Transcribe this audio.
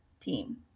team